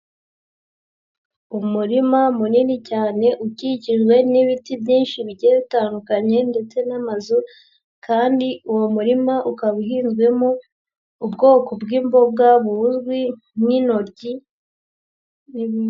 Umurima munini cyane ukikijwe n'ibiti byinshi bigiye bitandukanye ndetse n'amazu kandi uwo murima ukaba uhinzwemo ubwoko bw'imboga buzwi nk'intoryi.